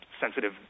sensitive